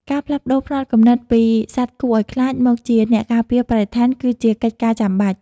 ការផ្លាស់ប្តូរផ្នត់គំនិតពី "សត្វគួរឱ្យខ្លាច" មកជា "អ្នកការពារបរិស្ថាន" គឺជាកិច្ចការចាំបាច់។